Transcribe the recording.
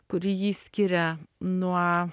kuri jį skiria nuo